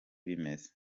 bimeze